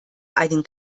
einen